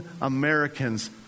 Americans